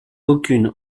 aucune